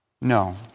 No